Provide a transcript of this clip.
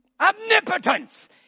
omnipotence